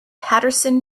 paterson